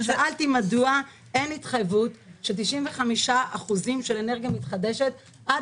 שאלתי מדוע אין התחייבות על 95% של אנרגיה מתחדשת עד